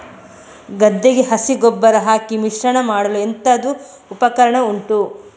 ಗದ್ದೆಗೆ ಹಸಿ ಗೊಬ್ಬರ ಹಾಕಿ ಮಿಶ್ರಣ ಮಾಡಲು ಎಂತದು ಉಪಕರಣ ಉಂಟು?